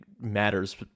matters